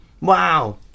Wow